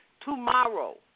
tomorrow